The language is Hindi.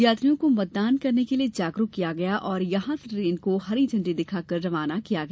यात्रियों को मतदान करने के लिये जागरूक किया गया और यहां से ट्रेन को हरी झंडी दिखाकर रवाना किया गया